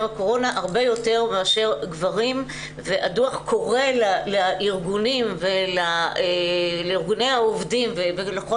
הקורונה הרבה יותר מאשר גברים והדוח קורא לארגוני העובדים ולכל